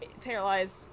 paralyzed